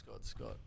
Scott